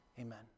Amen